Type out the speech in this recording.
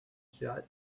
shut